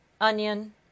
onion